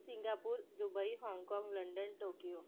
Singapore Dubai Hong Kong London Tokyo